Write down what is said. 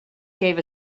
gave